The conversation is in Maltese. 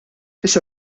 issa